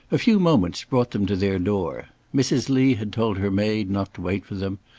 a few moments brought them to their door. mrs. lee had told her maid not to wait for them,